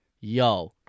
Yo